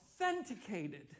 authenticated